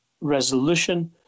resolution